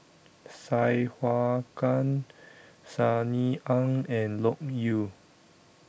Sai Hua Kuan Sunny Ang and Loke Yew